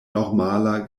normala